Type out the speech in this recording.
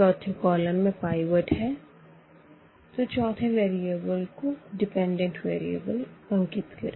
चौथे कॉलम में पाइवट है तो चौथे वेरिएबल को डिपेंडेंट वेरिएबल अंकित करें